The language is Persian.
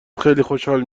خوشحال